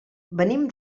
venim